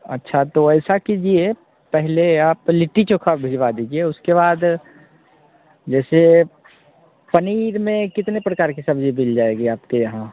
अच्छा तो ऐसा कीजिए पहले आप लिट्टी चोखा भिजवा दीजिए उसके बाद जैसे पनीर में कितने प्रकार की सब्ज़ी मिल जाएगी आपके यहाँ